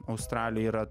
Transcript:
australija yra